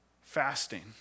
fasting